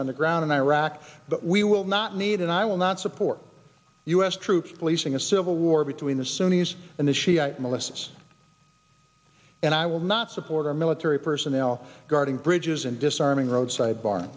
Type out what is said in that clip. the ground in iraq but we will not need and i will not support u s troops policing a civil war between the sunni's and the shiite militias and i will not support our military personnel guarding bridges and disarming roadside bar